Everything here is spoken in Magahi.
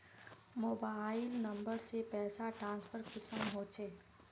मोबाईल नंबर से पैसा ट्रांसफर कुंसम होचे?